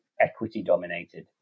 equity-dominated